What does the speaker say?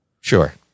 sure